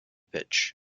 pitch